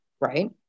right